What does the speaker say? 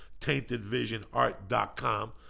TaintedVisionArt.com